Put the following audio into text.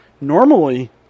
Normally